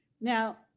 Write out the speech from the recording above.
Now